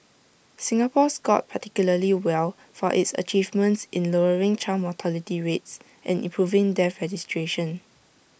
Singapore scored particularly well for its achievements in lowering child mortality rates and improving death registration